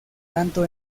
tanto